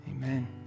Amen